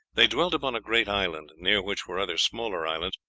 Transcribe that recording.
they dwelt upon a great island, near which were other smaller islands,